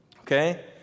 okay